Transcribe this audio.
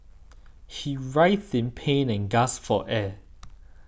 he writhed in pain and gasped for air